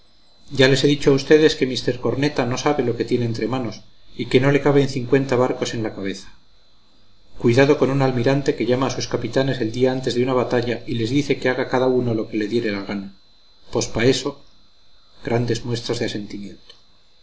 ya les he dicho a ustedes que mr corneta no sabe lo que tiene entre manos y que no le caben cincuenta barcos en la cabeza cuidado con un almirante que llama a sus capitanes el día antes de una batalla y les dice que haga cada uno lo que le diere la gana pos pá eso